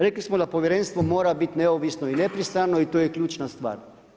Rekli smo da povjerenstvo mora bit neovisno i nepristrano i to je ključna stvar.